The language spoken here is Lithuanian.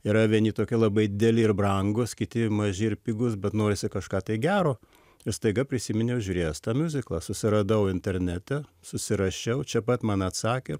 yra vieni tokie labai dideli ir brangūs kiti maži ir pigūs bet norisi kažką gero ir staiga prisiminiau žiūrėjęs tą miuziklą susiradau internete susirašiau čia pat man atsakė ir